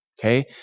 okay